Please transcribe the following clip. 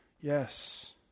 yes